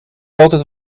altijd